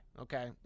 okay